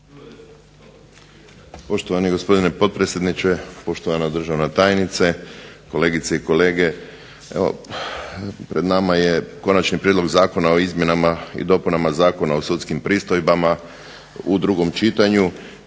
Poštovani gospodine potpredsjedniče, poštovana državna tajnice, kolegice i kolege. Pred nama je Konačni prijedlog zakona o izmjenama i dopunama Zakona o sudskim pristojbama u drugom čitanju